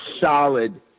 solid